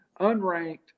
unranked